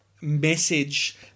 message